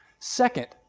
second,